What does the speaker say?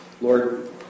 Lord